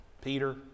Peter